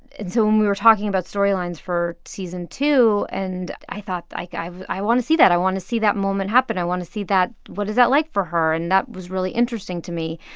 and so when we were talking about storylines for season two and i thought, like, i i want to see that i want to see that moment happen. i want to see that what is that like for her? and that was really interesting to me.